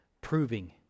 proving